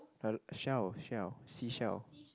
shell shell seashell